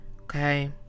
okay